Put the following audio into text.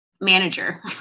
manager